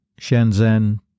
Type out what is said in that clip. Shenzhen